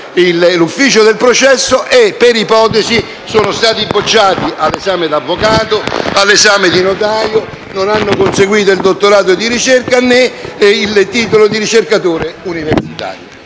l'ufficio del processo e, per ipotesi, sono stati bocciati all'esame di avvocato o di notaio, non hanno conseguito il dottorato di ricerca né il titolo di ricercatore universitario.